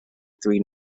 three